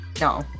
No